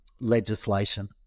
legislation